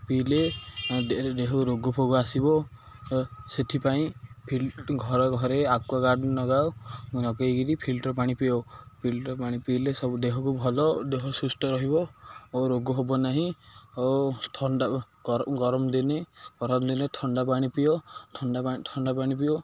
ପିଇଲେ ଦେହ ରୋଗଫୋଗ ଆସିବ ସେଥିପାଇଁ ଫିଲ୍ ଘରେ ଘରେ ଆକ୍ୱାଗାର୍ଡ଼ ନଗାଉ ନଗେଇକିରି ଫିଲଟର୍ ପାଣି ପିଉ ଫିଲଟର୍ ପାଣି ପିଇଲେ ସବୁ ଦେହକୁ ଭଲ ଦେହ ସୁସ୍ଥ ରହିବ ଓ ରୋଗ ହେବ ନାହିଁ ଓ ଥଣ୍ଡା ଗରମ ଦିନେ ଗରମ ଦିନେ ଥଣ୍ଡା ପାଣି ପିଅ ଥଣ୍ଡା ଥଣ୍ଡା ପାଣି ପିଅ